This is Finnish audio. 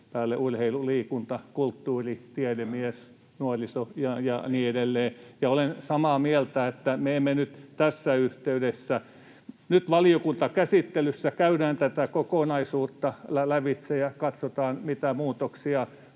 päälle urheilu-, liikunta-, kulttuuri-, tiedemies, nuoriso- ja niin edelleen. [Sebastian Tynkkynen: Veikkausmies!] Olen samaa mieltä, että me emme nyt tässä yhteydessä... Nyt valiokuntakäsittelyssä käydään tätä kokonaisuutta lävitse ja katsotaan, mitä muutoksia